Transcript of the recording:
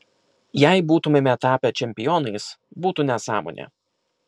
jei būtumėme tapę čempionais būtų nesąmonė